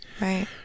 Right